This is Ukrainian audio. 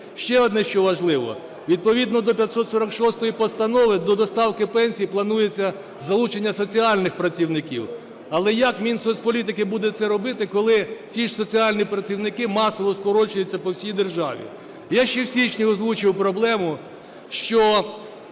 Ще одне, що важливо. Відповідно до 546 Постанови до доставки пенсій планується залучення соціальних працівників. Але як Мінсоцполітики буде це робити, коли ці ж соціальні працівники масово скорочуються по всій державі? Я ще в січні озвучив проблему, що